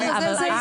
לא, אבל למה?